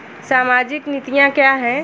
सामाजिक नीतियाँ क्या हैं?